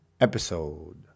episode